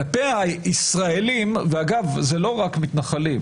כלפי הישראלים ואגב זה לא רק מתנחלים,